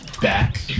back